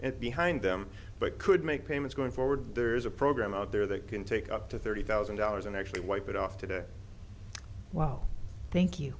and behind them but could make payments going forward there's a program out there that can take up to thirty thousand dollars and actually wipe it off today wow thank you